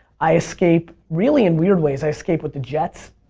i escape really in weird ways. i escape with the jets.